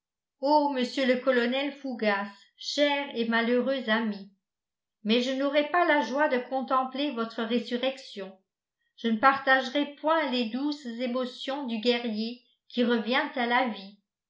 monsieur le colonel fougas cher et malheureux ami mais je n'aurai pas la joie de contempler votre résurrection je ne partagerai point les douces émotions du guerrier qui revient à la vie